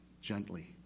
gently